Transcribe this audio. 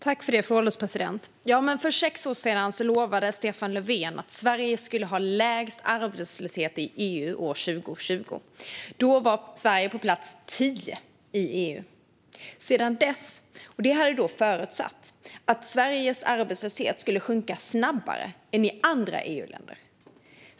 Fru ålderspresident! För sex år sedan lovade Stefan Löfven att Sverige skulle ha lägst arbetslöshet i EU år 2020. Då var Sverige på plats tio i EU. Det förutsattes att Sveriges arbetslöshet skulle sjunka snabbare än i andra EU-länder.